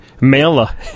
Mela